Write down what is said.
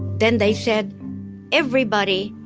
then they said everybody,